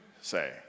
say